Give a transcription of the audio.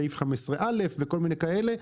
סעיף 15.א וכל מיני כאלה,